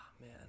man